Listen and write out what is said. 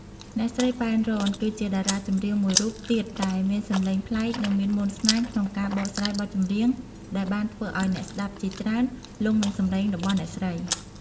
អ្នកស្រី ប៉ែន រ៉ន គឺជាតារាចម្រៀងមួយរូបទៀតដែលមានសម្លេងប្លែកនិងមានមន្តស្នេហ៍ក្នុងការបកស្រាយបទចម្រៀងដែលបានធ្វើឱ្យអ្នកស្តាប់ជាច្រើនលង់នឹងសំឡេងរបស់អ្នកស្រី។